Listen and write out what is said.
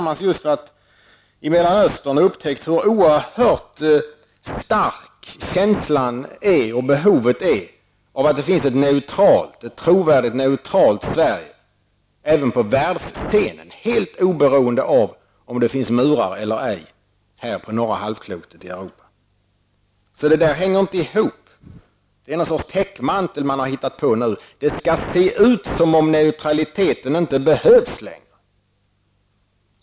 Vi har just varit tillsammans i Mellanöstern och upptäckt hur oerhört stark känslan och behovet är av att det finns ett trovärdigt neutralt Sverige även på världsscenen, helt oberoende av om det finns murar eller ej här på norra halvklotet i Europa. Det hänger inte ihop. Det är någon sorts täckmantel man har hittat på. Det skall se ut som om neutraliteten inte behövs längre.